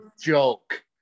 joke